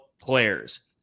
players